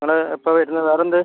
നിങ്ങൾ എപ്പം വരുന്നത് വേറെ എന്ത്